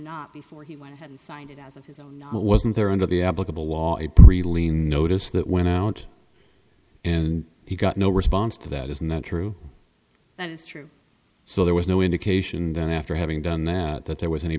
not before he went ahead and signed it as of his own but wasn't there under the applicable law a pre lien notice that went out and he got no response to that is not true that is true so there was no indication that after having done that that there was any